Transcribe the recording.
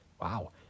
Wow